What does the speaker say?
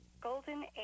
Golden